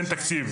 אין תקציב,